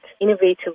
innovative